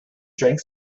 drank